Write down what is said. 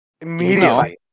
immediately